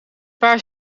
paar